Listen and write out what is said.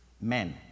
men